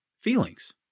feelings